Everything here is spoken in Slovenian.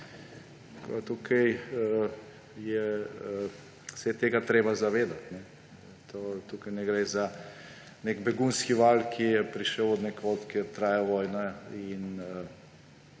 Tukaj se je tega treba zavedati. Tukaj ne gre za nek begunski val, ki je prišel od nekod, kjer traja vojna, in